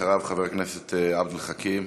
אחריו, חבר הכנסת עבד אל חכים